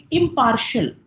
impartial